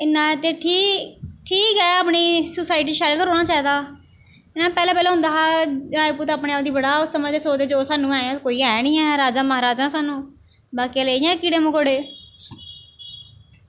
इन्ना ते ठी ठीक ऐ अपनी सोसायटी शैल गै रौह्ना चाहिदा ते जियां पैह्लें पैह्लें होंदा हा राजपूत अपने आप गी बड़ा ओह् समझदे सोचदे जो सानूं ऐ कोई ऐ निं ऐ राजा म्हाराजा सानूं बाकी आह्ले इ'यां कीड़े मकोड़े